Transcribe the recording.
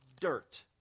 dirt